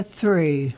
three